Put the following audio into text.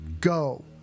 go